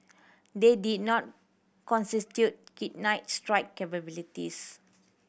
they did not constitute kinetic strike capabilities